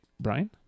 Brian